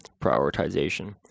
prioritization